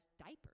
diapers